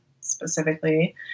specifically